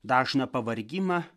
dažną pavargimą